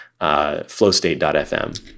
FlowState.fm